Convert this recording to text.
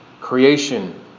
creation